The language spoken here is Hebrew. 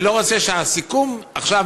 אני לא רוצה שהסיכום עכשיו,